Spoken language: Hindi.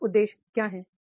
विभिन्न उद्देश्य क्या हैं